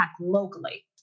locally